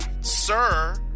sir